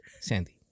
Sandy